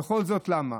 וכל זאת למה?